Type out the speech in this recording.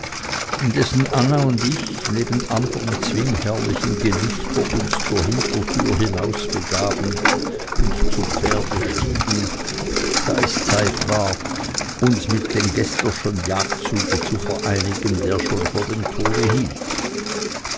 indessen anna und ich nebst anderm zwingherrlichen gelichter uns zur hintertür hinausbegaben und zu pferde stiegen da es zeit war uns mit dem geßlerschen jagdzuge zu vereinigen der schon vor dem tore hielt